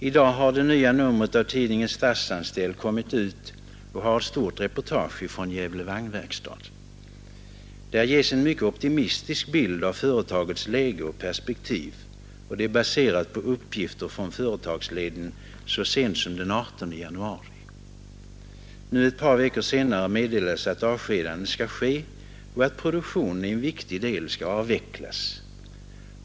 I dag har det nya numret av tidningen Statsanställd kommit ut. Den har ett stort reportage från Gävle vagnverkstad. Där ges en optimistisk bild av företagets läge och perspektiv. Den är baserad på uppgifter från företagsledningen så sent som den 18 januari. Nu ett par veckor senare meddelas att avskedanden skall ske och att produktionen i en viktig del skall avvecklas.